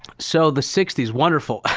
so, the sixty s. wonderful.